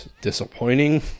disappointing